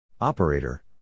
Operator